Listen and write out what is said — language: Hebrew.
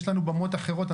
יש לנו במות אחרות,